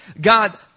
God